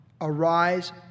arise